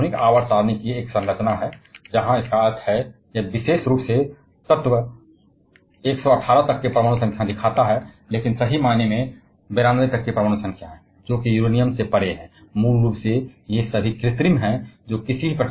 यह आधुनिक आवर्त सारणी की एक संरचना है जहां इसका अर्थ है कि यह विशेष रूप से 118 की परमाणु संख्या तक के तत्वों को दिखाता है लेकिन वास्तव में परमाणु संख्या 92 तक बोल रहा है जो कि यूरेनियम से परे है मूल रूप से वे सभी कृत्रिम हैं जो उत्पादन किया जाता है